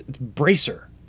bracer